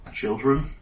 children